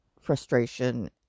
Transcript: frustration